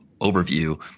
overview